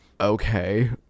okay